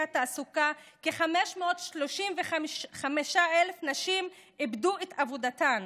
התעסוקה כ-535,000 נשים איבדו את עבודתן